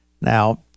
Now